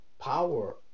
power